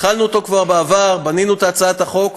התחלנו אותו כבר בעבר, בנינו את הצעת החוק.